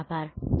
ખુબ ખુબ આભાર